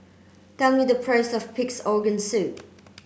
tell me the price of pig's organ soup